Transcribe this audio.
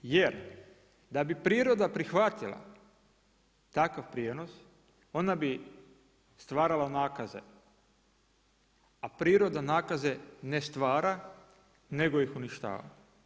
Jer da bi priroda prihvatila takav prijenos, ona bi stvarala nakaze, a priroda nakaze ne stvara, nego ih uništava.